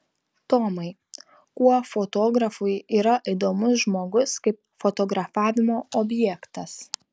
tomai kuo fotografui yra įdomus žmogus kaip fotografavimo objektas